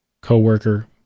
coworker